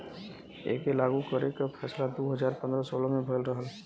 एके लागू करे के फैसला दू हज़ार पन्द्रह सोलह मे भयल रहल